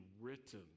written